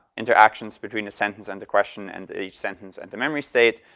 interactions between the sentence and question and each sentence at the memory state.